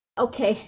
ok.